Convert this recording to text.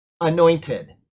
anointed